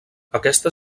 aquesta